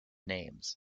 names